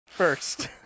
First